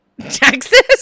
Texas